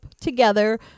together